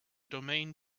domain